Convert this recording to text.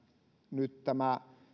nyt tämä